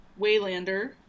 Waylander